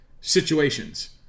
situations